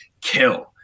kill